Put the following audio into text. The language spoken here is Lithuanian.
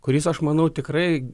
kuris aš manau tikrai